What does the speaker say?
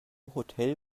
hotel